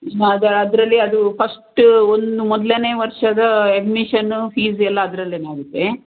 ಅದು ಅದರಲ್ಲೇ ಅದು ಫಸ್ಟ್ ಒನ್ ಮೊದಲನೇ ವರ್ಷದ ಅಡ್ಮಿಶನ್ ಫೀಸ್ ಎಲ್ಲ ಅದರಲ್ಲೇ ಆಗುತ್ತೆ